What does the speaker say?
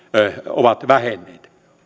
ovat vähenneet